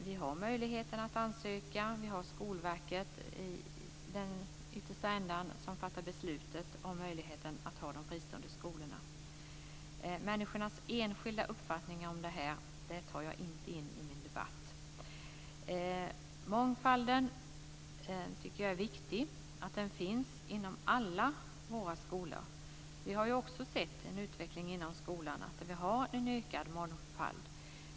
Vi har möjlighet att ansöka. Det är Skolverket som ytterst fattar beslut om möjligheten att ha fristående skolor. Människors enskilda uppfattning om detta tar jag inte in i debatten. Jag tycker att det är viktigt att det finns mångfald inom alla våra skolor. Vi har ju också fått en ökad mångfald inom skolan.